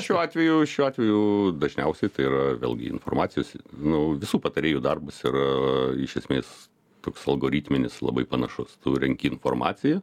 šiuo atveju šiuo atveju dažniausiai tai yra vėlgi informacijos nu visų patarėjų darbas yra iš esmės toks algoritminis labai panašus tu renki informaciją